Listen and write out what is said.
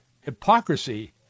hypocrisy